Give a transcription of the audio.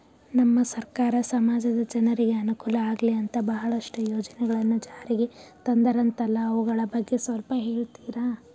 ನಮ್ಮ ಸರ್ಕಾರ ಸಮಾಜದ ಜನರಿಗೆ ಅನುಕೂಲ ಆಗ್ಲಿ ಅಂತ ಬಹಳಷ್ಟು ಯೋಜನೆಗಳನ್ನು ಜಾರಿಗೆ ತಂದರಂತಲ್ಲ ಅವುಗಳ ಬಗ್ಗೆ ಸ್ವಲ್ಪ ಹೇಳಿತೀರಾ?